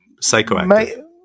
psychoactive